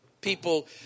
people